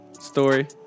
story